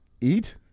Eat